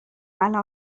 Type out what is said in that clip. الان